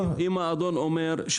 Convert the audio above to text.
אם האדון אומר,